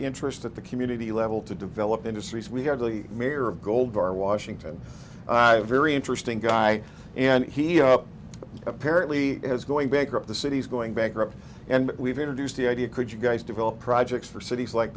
interest at the community level to develop industries we have the mayor of gold bar washington very interesting guy and he apparently is going bankrupt the city's going bankrupt and we've introduced the idea could you guys develop projects for cities like